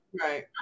Right